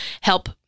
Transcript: help